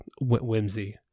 whimsy